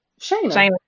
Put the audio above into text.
Shayna